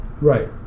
right